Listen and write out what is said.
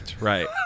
right